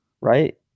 right